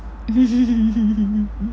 mm mm